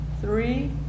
three